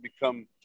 become